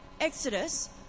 Exodus